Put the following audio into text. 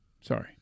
Sorry